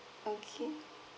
okay